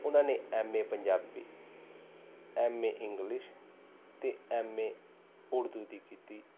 ਉਹਨਾਂ ਨੇ M A Punjabi M A English ਅਤੇ ਐਮ ਏ ਉਰਦੂ ਦੀ ਕੀਤੀ